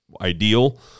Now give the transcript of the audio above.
Ideal